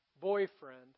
boyfriend